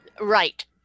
Right